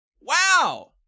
Wow